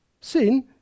Sin